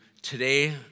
today